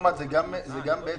גם אם